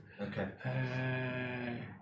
okay